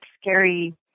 scary